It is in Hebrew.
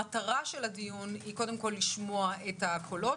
המטרה של הדיון היא קודם כל לשמוע את הקולות